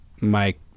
Mike